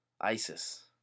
ISIS